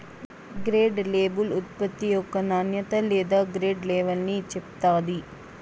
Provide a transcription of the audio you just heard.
grade label ఉత్పత్తి యొక్క నాణ్యత లేదా గ్రేడ్ లెవల్ని చెప్తాది